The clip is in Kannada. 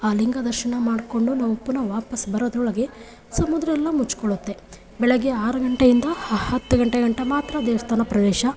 ಆ ಲಿಂಗ ದರ್ಶನ ಮಾಡಿಕೊಂಡು ನಾವು ಪುನಃ ವಾಪಸ್ಸು ಬರೋದರೊಳಗೆ ಸಮುದ್ರ ಎಲ್ಲ ಮುಚ್ಕೊಳ್ಳುತ್ತೆ ಬೆಳಗ್ಗೆ ಆರು ಗಂಟೆಯಿಂದ ಹತ್ತು ಗಂಟೆ ಗಂಟ ಮಾತ್ರ ದೇವಸ್ಥಾನ ಪ್ರವೇಶ